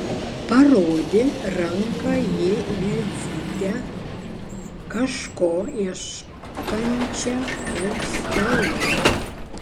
parodė ranka į jadzytę kažko ieškančią po stalu